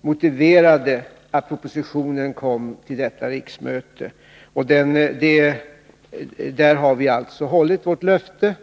motiverade att propositionen lades fram till detta riksmöte. Där har vi alltså hållit vårt löfte.